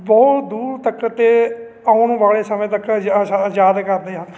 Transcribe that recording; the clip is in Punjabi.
ਬਹੁਤ ਦੂਰ ਤੱਕ ਅਤੇ ਆਉਣ ਵਾਲੇ ਸਮੇਂ ਤੱਕ ਯ ਯ ਯਾਦ ਕਰਦੇ ਹਨ